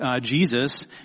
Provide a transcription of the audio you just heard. Jesus